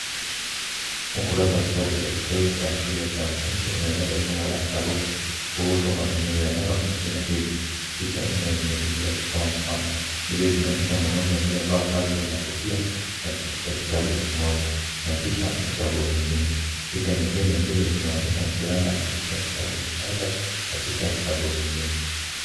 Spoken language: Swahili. Ukurasa wa kitabu cha shule ya msingi kinaeleza somo la sarufi kuhusu neno hiki na hivi, hiki imetumika kutoa mfano, mbili zinaonyesha mwanume aliyevaa kanzu na kofia akishika kitabu kimoja, na kisha kitabu kingine, picha zingine mbili zimeonyesha mvulana akishika kitabu kimoja, na kisha kitabu kingine.